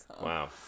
Wow